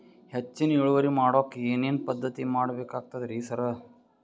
ಹೆಚ್ಚಿನ್ ಇಳುವರಿ ಮಾಡೋಕ್ ಏನ್ ಏನ್ ಪದ್ಧತಿ ಮಾಡಬೇಕಾಗ್ತದ್ರಿ ಸರ್?